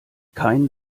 kein